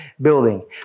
building